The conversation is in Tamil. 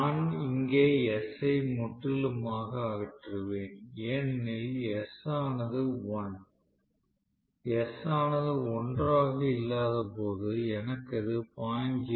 நான் இங்கே s ஐ முற்றிலுமாக அகற்றுவேன் ஏனெனில் s ஆனது 1 s ஆனது 1 ஆக இல்லாத போது எனக்கு அது 0